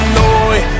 noi